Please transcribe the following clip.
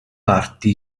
parti